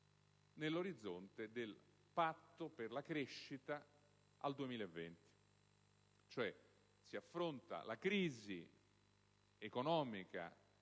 nell'orizzonte del patto per la crescita al 2020. Cioè, si affronta la crisi economica e